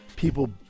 People